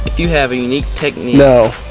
you have a unique technique no!